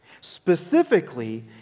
Specifically